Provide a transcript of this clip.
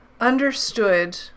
understood